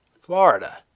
Florida